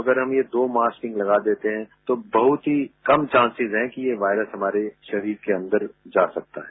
अगर हम ये दो मास्किंग लगा देते हैं तो बहुत ही कम चान्सेज है कि यह वायरस हमारे शरीर के अंदर जा सकते हैं